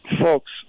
folks